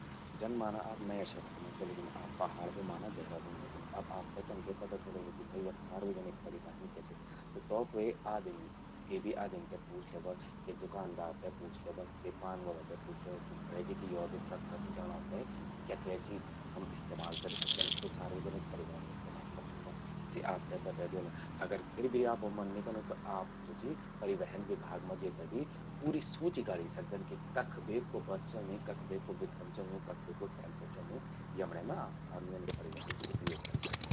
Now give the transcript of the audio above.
जन माना आप के नया शहर मां चलिगिन। आप पहाड़ बे माना देहरादून एगिन। अब आपते कनके पता चलोलु भई यख सार्वजनिक परिवहन क्या चि। त तो क्वे आदिम, के भि आदिम ते पूछ ल्यवा, के दुकानदार ते पूछ ल्यवा, के पान वला ते पूछ ल्यवा कि भेजि कि यो बे कख कख जाणो ते क्या क्या चीज हम इस्तेमाल करि सकदन, क्वो सार्वजनिक परिवहन इस्तेमाल करि सकदन। सि आपते बते द्योला। अगर फिर भी आपो मन नी कनू त आप ज्वो चि परिवहन विभाग मां जेते भि पूरी सूचि गाड़ि सकदन कि कख बे क्वो बस चल्लीं, कख से क्वो विक्रम चलणूं, कख बे क्वो टैंपो चलणूं। यमण्ये मां आप सार्वजनिक परिवहन कु उपयोग करि सकदन।